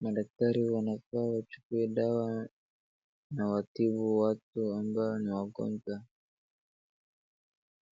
Madaktari wanafaa wachukue dawa na watibu watu ambao ni wagonjwa.